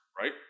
right